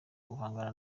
guhangana